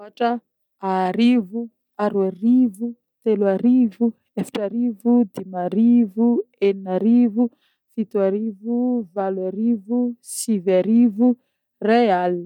ôtra, arivo, aroarivo, teloarivo, efatrarivo, dimarivo, eninarivo, fito arivo, valo arivo, sivy arivo, ray aligna